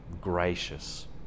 gracious